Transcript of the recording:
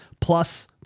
plus